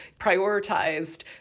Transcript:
prioritized